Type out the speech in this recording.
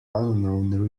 unknown